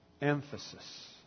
Emphasis